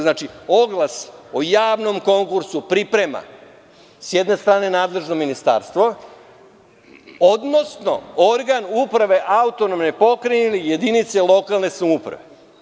Znači, oglas o javnom konkursu priprema s jedne strane nadležno ministarstvo, odnosno organ uprave AP ili jedinice lokalne samouprave.